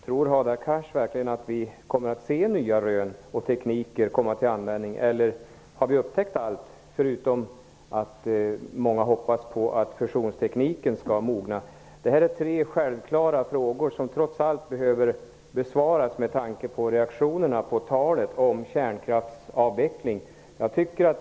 Tror Hadar Cars verkligen att vi kommer att få se nya rön och att nya tekniker kommer till användning, eller har vi upptäckt allt? Många hoppas naturligtvis att fusionstekniken skall mogna. Detta är tre självklara frågor som trots allt behöver besvaras, med tanke på reaktionerna på talet om kärnkraftsavveckling.